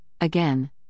again